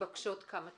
שמתבקשות כמה תשובות.